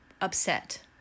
upset